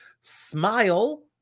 Smile